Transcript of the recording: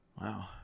Wow